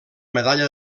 medalla